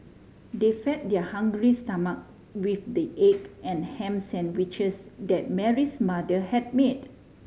they fed their hungry stomach with the egg and ham sandwiches that Mary's mother had made